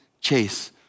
chase